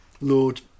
Lord